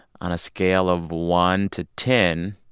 on a scale of one to ten,